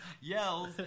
yells